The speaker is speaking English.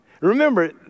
Remember